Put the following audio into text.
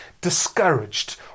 discouraged